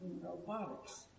robotics